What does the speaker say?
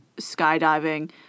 skydiving